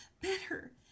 better